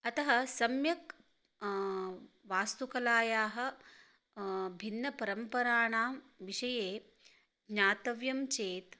अतः सम्यक् वास्तुकलायाः भिन्नपरम्पराणां विषये ज्ञातव्यं चेत्